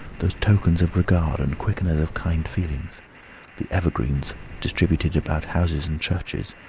those tokens of regard, and quickeners of kind feelings the evergreens distributed about houses and churches,